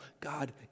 God